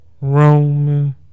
Roman